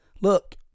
look